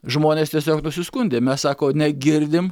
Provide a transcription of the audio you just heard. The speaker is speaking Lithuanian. žmonės tiesiog pasiskundė mes sako negirdim